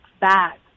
back